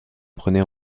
prenait